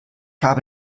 habe